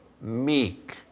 meek